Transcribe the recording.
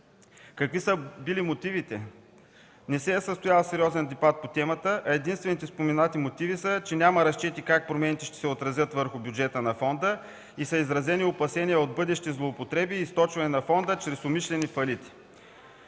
Какви са били мотивите? Не се е състоял сериозен дебат по темата, а единствените споменати мотиви са, че няма разчети как промените ще се отразят върху бюджета на фонда и са изразени опасения от бъдещи злоупотреби и източване на фонда чрез умишлени фалити.